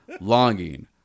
longing